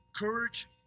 Courage